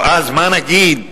או אז מה נגיד,